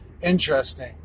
interesting